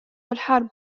الحرب